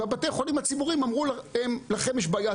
ואמרו לבתי החולים הציבוריים: לכם יש בעיה,